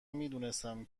میدونستم